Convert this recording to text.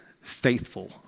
faithful